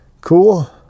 Cool